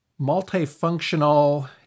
multifunctional